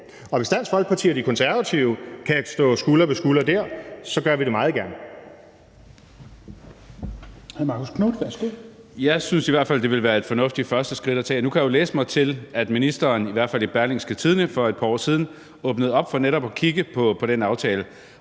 Og hvis Dansk Folkeparti og De Konservative kan stå skulder ved skulder dér, så gør vi det meget gerne.